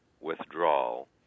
withdrawal